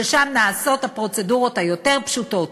ששם נעשות הפרוצדורות היותר-פשוטות.